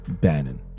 Bannon